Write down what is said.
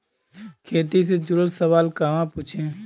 खेती से जुड़ल सवाल कहवा पूछी?